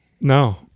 No